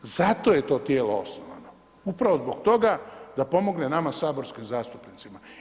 Zato je to tijelo osnovano, upravo zbog toga da pomogne nama saborskim zastupnicima.